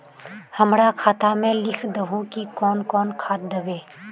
हमरा खाता में लिख दहु की कौन कौन खाद दबे?